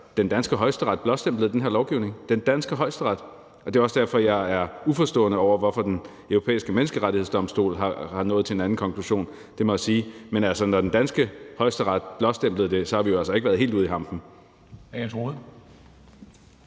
den danske Højesteret blåstemplede den her lovgivning – den danske Højesteret. Det er også derfor, jeg er uforstående over for, hvorfor Den Europæiske Menneskerettighedsdomstol er nået til en anden konklusion, det må jeg sige. Men når den danske Højesteret blåstemplede det, har vi jo altså ikke været helt ude i hampen.